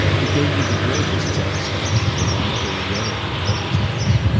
it gave me the greatest satisfaction when i met her again at your brother's house.